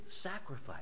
sacrifice